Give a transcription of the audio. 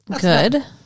Good